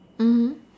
mmhmm